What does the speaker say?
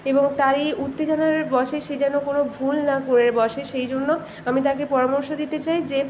এবং তার এই উত্তেজনার বশে সে যেন কোনো ভুল না করে বসে সেই জন্য আমি তাকে পরামর্শ দিতে চাই যে